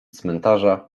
cmentarza